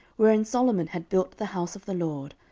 wherein solomon had built the house of the lord,